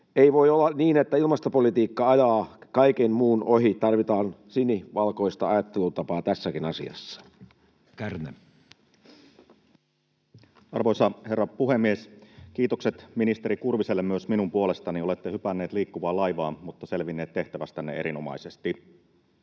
Ei voi olla niin, että ilmastopolitiikka ajaa kaiken muun ohi, tarvitaan sinivalkoista ajattelutapaa tässäkin asiassa. Edustaja Kärnä. Arvoisa herra puhemies! Kiitokset ministeri Kurviselle myös minun puolestani. Olette hypännyt liikkuvaan laivaan mutta selvinnyt tehtävästänne erinomaisesti.